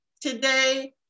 Today